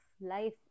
life